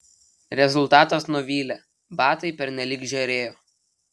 rezultatas nuvylė batai pernelyg žėrėjo